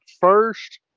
first